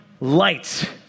light